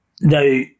Now